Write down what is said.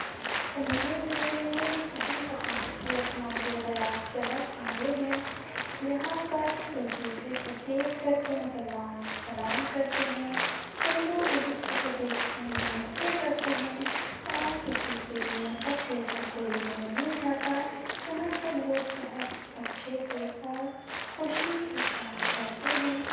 علی گڑھ ضلعے میں اہم ثقافتی اور سماجی روایات بہت سارے ہیں یہاں پر ایک دوسرے کو دیکھ کر کے مسلمان سلام کرتے ہیں ہندو ایک دوسرے کو دیکھ کر نمستے کرتے ہیں اور کسی کے بھی مذہب کے اوپر کوئی انگلی نہیں اٹھاتا یہاں سب لوگ بہت اچھے سے اور خوشی کے ساتھ رہتے ہیں